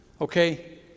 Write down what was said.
Okay